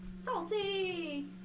Salty